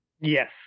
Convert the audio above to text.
Yes